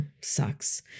Sucks